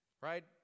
right